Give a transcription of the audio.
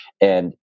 And-